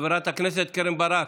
חברת הכנסת קרן ברק,